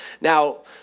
Now